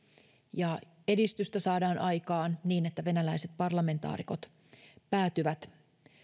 ja edistystä saadaan aikaan niin että venäläiset parlamentaarikot päätyvät